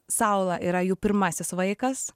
saula yra jų pirmasis vaikas